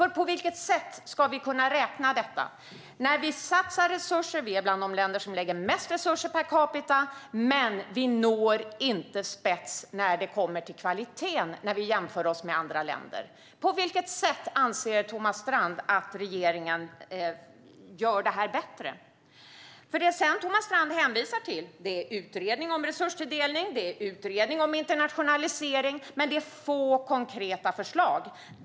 På vilket sätt ska vi kunna räkna detta? Vi är bland de länder som lägger mest resurser per capita. Men vi når inte spets när det kommer till kvaliteten när vi jämför oss med andra länder. På vilket sätt anser Thomas Strand att regeringen gör det bättre? Det Thomas Strand hänvisar till är utredning om resurstilldelning, utredning om internationalisering, men det är få konkreta förslag.